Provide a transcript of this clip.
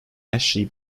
ashley